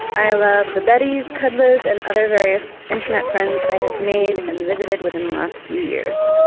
i love the bettys, kudlas, and other various internet friends i have made and visited within the last few years.